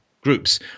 groups